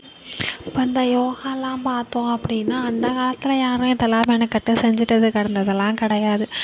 இப்போ இந்த யோகாலாம் பார்த்தோம் அப்படீன்னா அந்த காலத்தில் யாரும் இதெல்லாம் மெனக்கெட்டு செஞ்சிட்டு கிடந்ததுலாம் கிடையாது